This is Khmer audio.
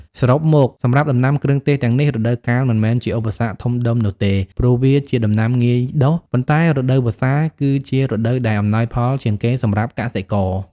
សរុបមក សម្រាប់ដំណាំគ្រឿងទេសទាំងនេះ រដូវកាលមិនមែនជាឧបសគ្គធំដុំនោះទេ ព្រោះវាជាដំណាំងាយដុះ ប៉ុន្តែរដូវវស្សាគឺជារដូវដែលអំណោយផលជាងគេសម្រាប់កសិករ។